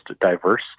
diverse